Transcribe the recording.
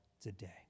today